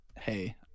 hey